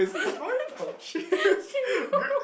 shit you